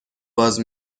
باز